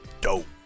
Dope